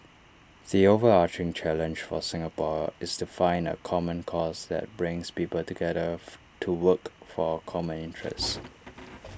the overarching challenge for Singapore is to find A common cause that brings people together to work for common interests